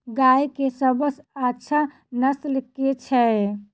गाय केँ सबसँ अच्छा नस्ल केँ छैय?